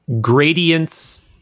gradients